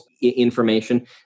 information